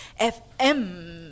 fm